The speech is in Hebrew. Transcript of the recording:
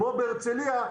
כמו בהרצליה,